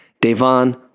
Devon